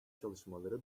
çalışmaları